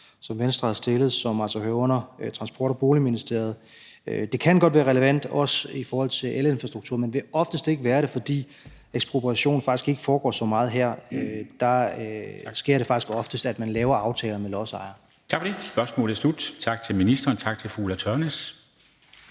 som Venstre har fremsat, og som altså hører under Transport- og Boligministeriet. Det kan godt være relevant, også i forhold til elinfrastrukturen, men vil oftest ikke være det, fordi ekspropriation faktisk ikke foregår så meget her. Der sker det faktisk oftest, at man laver aftaler med lodsejerne. Kl. 13:36 Formanden (Henrik Dam Kristensen): Tak for det.